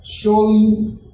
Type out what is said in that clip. surely